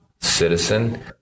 citizen